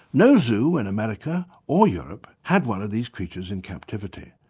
no zoo in america or europe had one of these creatures in captivity,